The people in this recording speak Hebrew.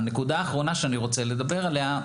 הנקודה האחרונה שאני רוצה לדבר עליה.